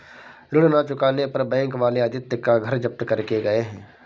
ऋण ना चुकाने पर बैंक वाले आदित्य का घर जब्त करके गए हैं